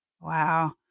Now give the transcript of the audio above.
Wow